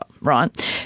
right